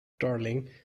darling